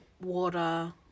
water